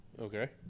Okay